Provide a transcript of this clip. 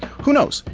who knows,